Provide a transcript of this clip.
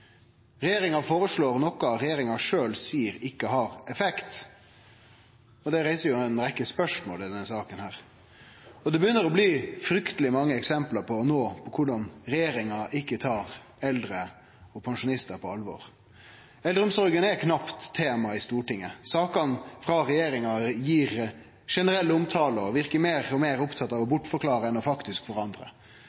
Regjeringa føreslår noko regjeringa sjølv seier ikkje har effekt. Det reiser ei rekkje spørsmål i denne saka. Det begynner å bli frykteleg mange eksempel no på korleis regjeringa ikkje tar eldre og pensjonistar på alvor. Eldreomsorga er knapt tema i Stortinget. Sakene frå regjeringa gir generell omtale og verkar meir og meir opptatt av å